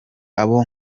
abo